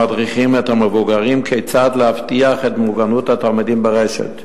המדריכים את המבוגרים כיצד להבטיח את מוגנות התלמידים ברשת.